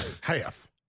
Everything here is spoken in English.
Half